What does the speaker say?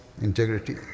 integrity